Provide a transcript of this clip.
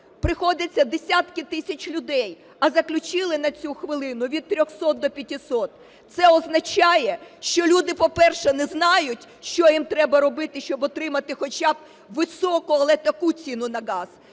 приходиться десятки тисяч людей, а заключили на цю хвилину від 300 до 500. Це означає, що люди, по-перше, не знають, що їм треба робити, щоб отримати хоча високу, але таку ціну на газ,